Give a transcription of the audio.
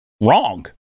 wrong